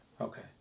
Okay